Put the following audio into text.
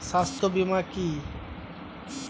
স্বাস্থ্য বীমা কি?